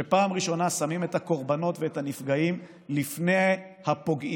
שבפעם הראשונה שמים את הקורבנות ואת הנפגעים לפני הפוגעים.